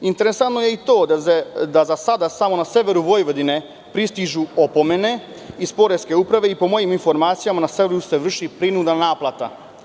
Interesantno je i to da za sada samo na severu Vojvodine pristižu opomene iz Poreske uprave i po mojim informacijama na severu se vrši prinudna naplata.